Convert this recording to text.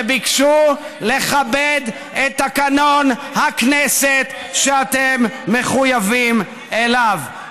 שביקשו לכבד את תקנון הכנסת, שאתם מחויבים אליו.